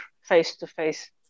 face-to-face